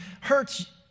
hurts